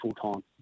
full-time